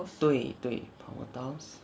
对对 power tiles